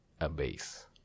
Abase